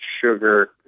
sugar